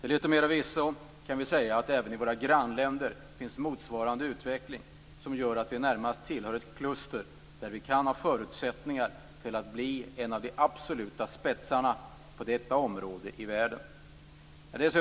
Till yttermera visso kan vi säga att motsvarande utveckling finns även i våra grannländer, vilket gör att vi närmast tillhör ett kluster där vi kan ha förutsättningar för att bli en av de absoluta spetsarna på detta område i världen.